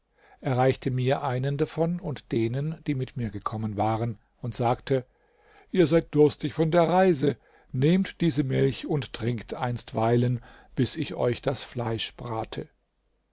reichte mir einen davon und denen die mit mir gekommen waren und sagte ihr seid durstig von der reise nehmt diese milch und trinkt einstweilen bis ich euch das fleisch brate